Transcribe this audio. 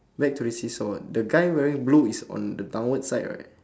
back to the seesaw the guy wearing blue is on the downward side right